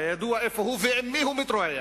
והיה ידוע איפה הוא ועם מי הוא מתרועע.